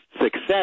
success